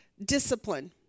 discipline